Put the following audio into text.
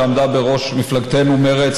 שעמדה בראש מפלגתנו מרצ,